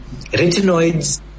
retinoids